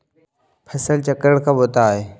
फसल चक्रण कब होता है?